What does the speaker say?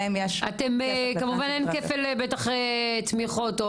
יש כפל תמיכות?